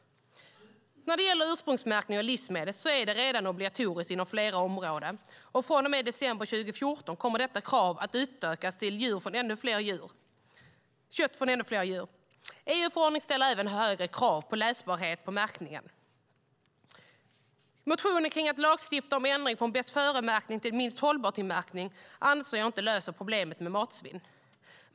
När det gäller ursprungsmärkning av livsmedel är det redan obligatoriskt inom flera områden, och från och med december 2014 kommer detta krav att utökas till kött från ännu fler djur. EU-förordningen ställer även högre krav på läsbarhet på märkningen. Motionen kring att lagstifta om ändring från bäst-före-märkning till minst-hållbar-till märkning anser jag inte löser problemet med matsvinn.